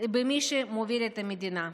במי שמוביל את המדינה.